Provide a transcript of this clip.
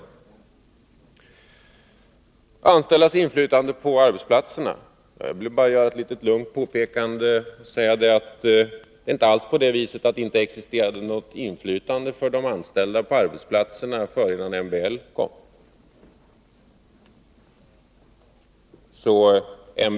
När det gäller de anställdas inflytande på arbetsplatserna vill jag bara helt lugnt påpeka att det inte alls är på det sättet att det inte existerade något inflytande för de anställda på arbetsplatserna innan MBL kom.